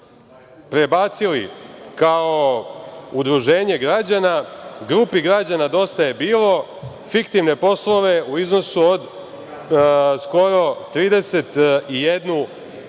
prebacili kao Udruženje građana Grupi građana „Dosta je bilo“ fiktivne poslove u iznosu od skoro 31 milion